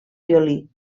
violí